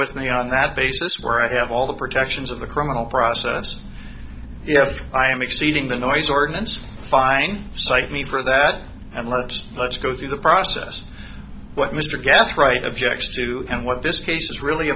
with me on that basis where i have all the protections of the criminal process yes i am exceeding the noise ordinance fine cite me for that and let's let's go through the process what mr gas right objects to and what this case is really